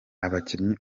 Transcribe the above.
abakinnyi